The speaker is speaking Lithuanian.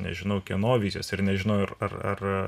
nežinau kieno vizijos ir nežinau ar ar